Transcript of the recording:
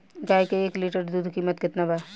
गाय के एक लीटर दूध कीमत केतना बा?